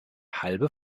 halbe